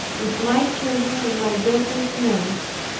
with my children and my daughters' nurse.